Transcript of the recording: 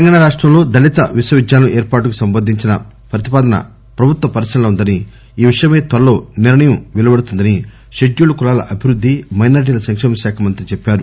తెలంగాణ రాష్టంలో దళిత విశ్వవిద్యాలయం ఏర్పాటుకు సంబంధించిన ప్రతిపాదన ప్రభుత్వ పరిశీలనలో ఉందని ఈ విషయమై త్వరలో నిర్ణయం పెలువడుతుందని షెడ్యూల్డు కులాల అభివృద్ది మైనారిటీల సంక్షేమ శాఖ మంత్రి చెప్పారు